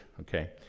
okay